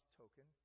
token